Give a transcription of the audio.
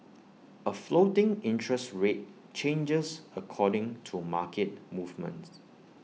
A floating interest rate changes according to market movements